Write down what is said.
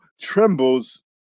trembles